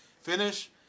finish